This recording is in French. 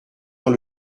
dans